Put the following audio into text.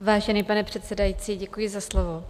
Vážený pane předsedající, děkuji za slovo.